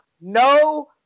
no